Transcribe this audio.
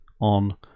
on